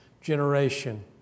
generation